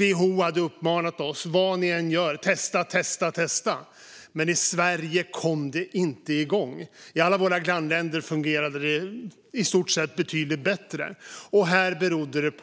WHO hade uppmanat oss: Vad ni än gör - testa, testa, testa! Men i Sverige kom det inte igång. I alla våra grannländer fungerade det i stort sett betydligt bättre. Här berodde det,